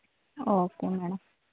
okay madam